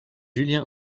julien